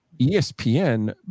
ESPN